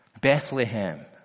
Bethlehem